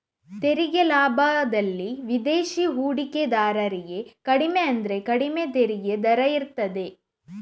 ತೆರಿಗೆ ಲಾಭದಲ್ಲಿ ವಿದೇಶಿ ಹೂಡಿಕೆದಾರರಿಗೆ ಕಡಿಮೆ ಅಂದ್ರೆ ಕಡಿಮೆ ತೆರಿಗೆ ದರ ಇರ್ತದೆ